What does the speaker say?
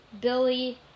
Billy